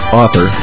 author